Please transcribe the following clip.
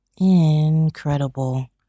Incredible